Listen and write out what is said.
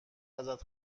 ازت